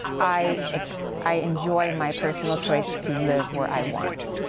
i i enjoy my personal choice to live where i want.